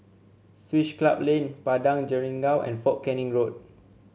Swiss Club Lane Padang Jeringau and Fort Canning Road